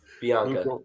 Bianca